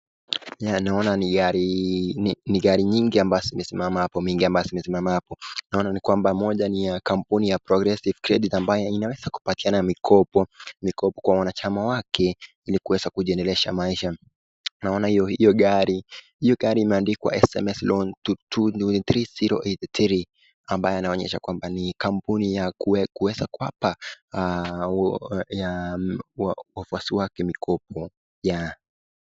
Naona ni gari nyingi ambazo zimesimama hapo mingi ambazo zimesimama hapo. Naona ni kwamba moja ni ya kampuni ya (cs)Progressive Credit(cs) ambayo inaweza kupatiana mikopo, mikopo kwa wanachama wake ili kuweza kujinedelesha maisha. Naona hiyo hiyo gari, hiyo gari imeandikwa (SMS Loan to 230833) ambayo inaonyesha kwamba ni kampuni ya kuweza kuwapa wafuasi wake mikopo.